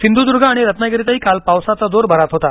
सिंधुदुर्ग आणि रत्नागिरीतही काल पावसाचा जोर बराच होता